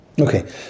Okay